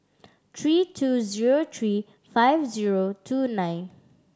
three two zero three five zero two nine